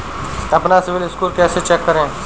अपना CIBIL score कैसे check करें?